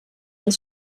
das